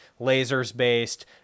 lasers-based